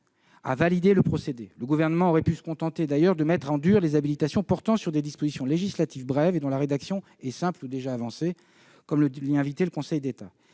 a validé le procédé. Le Gouvernement aurait pu se contenter, d'ailleurs, de mettre « en dur » les habilitations portant sur des dispositions législatives brèves et dont la rédaction est simple ou déjà avancée, comme l'y invitait le Conseil d'État.